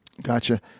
Gotcha